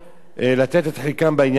לתת את חלקן בעניין הזה.